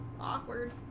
awkward